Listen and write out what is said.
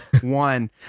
One